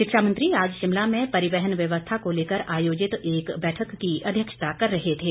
शिक्षा मंत्री आज शिमला में परिवहन व्यवस्था को लेकर आयोजित एक बैठक की अध्यक्षता कर रहे थे